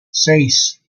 seis